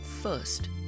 First